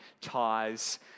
ties